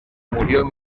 murió